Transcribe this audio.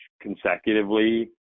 consecutively